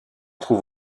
trouve